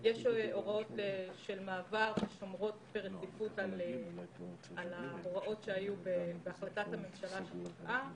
יש הוראות מעבר ששומרות ברציפות על ההוראות שהיו בהחלטת הממשלה שפקעה